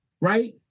right